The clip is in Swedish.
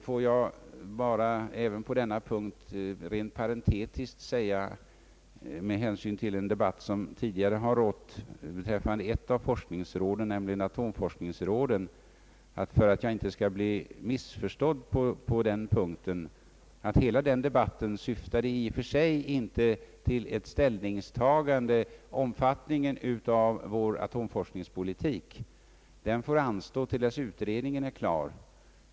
På denna punkt vill jag också rent parentetiskt säga att den debatt som förts tidigare om atomforskningsrådet i och för sig inte syftade till ett ställningstagande i fråga om vår atomforsknings omfattning. Det ställningstagandet får anstå till dess utredningen är klar.